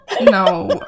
No